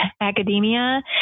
academia